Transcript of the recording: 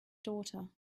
daughter